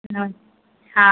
नमस हाँ